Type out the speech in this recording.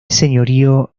señorío